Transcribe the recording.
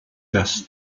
das